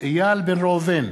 איל בן ראובן,